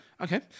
Okay